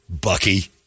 Bucky